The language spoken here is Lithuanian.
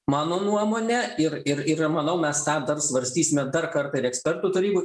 mano nuomone ir ir ir manau mes tą dar svarstysime dar kartą ir ekspertų taryboj